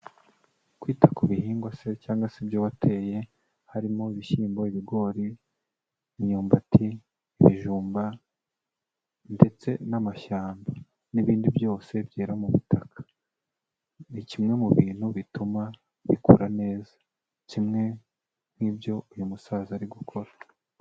Kwita ku bihingwa se cyangwa se ibyo wateye harimo: ibishyimbo, ibigori, imyumbati, ibijumba ndetse n'amashyamba n'ibindi byose byera mu butaka ni kimwe mu bintu bituma bikura neza, kimwe nk'ibyo uyu musaza ari gukora.